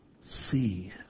see